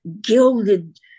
gilded